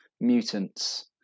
Mutants